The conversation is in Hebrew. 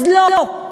אז לא,